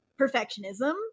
perfectionism